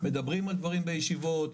מדברים על דברים בישיבות,